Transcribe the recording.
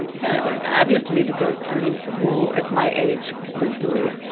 and yeah know, obviously because i mean, who at my age will do it,